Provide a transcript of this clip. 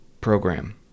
program